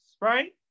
right